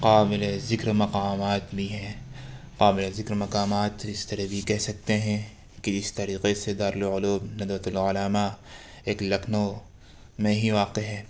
قابل ذکر مقامات بھی ہیں قابل ذکر مقامات اس طرح بھی کہہ سکتے ہیں کہ اس طریقے سے دارالعلوم ندوۃ العلماء ایک لکھنؤ میں ہی واقع ہے